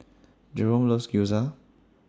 Jeromy loves Gyoza